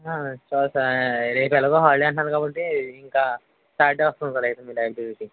స్టార్టా రేపు ఎలాగో హాలిడే అంటున్నారు కాబట్టి ఇంకా సాటర్డే వస్తాను సార్ అయితే మీ లైబ్రరీకి